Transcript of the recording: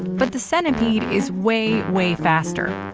but, the centipede is way, way faster,